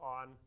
on